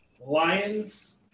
Lions